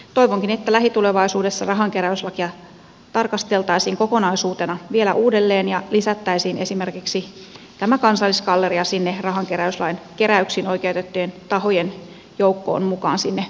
toivonkin että lähitulevaisuudessa rahankeräyslakia tarkasteltaisiin kokonaisuutena vielä uudelleen ja lisättäisiin esimerkiksi tämä kansallisgalleria sinne rahankeräyslain keräyksiin oikeutettujen tahojen joukkoon mukaan sinne yliopistojen rinnalle